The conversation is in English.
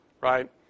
Right